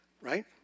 right